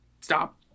stop